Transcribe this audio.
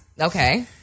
Okay